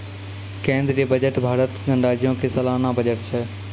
केंद्रीय बजट भारत गणराज्यो के सलाना बजट छै